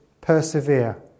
Persevere